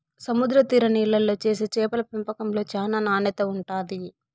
సముద్ర తీర నీళ్ళల్లో చేసే చేపల పెంపకంలో చానా నాణ్యత ఉంటాది